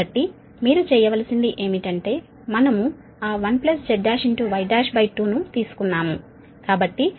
కాబట్టి మీరు చేయవలసింది ఏమిటంటే మనము ఆ 1Z1Y12 ను తీసుకున్నాము